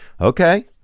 Okay